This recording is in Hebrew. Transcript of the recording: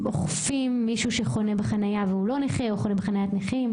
אוכפים מישהו שחונה בחניית נכים והוא לא נכה?